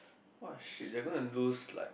!wah! shit they gonna lose like